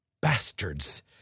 Bastards